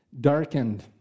darkened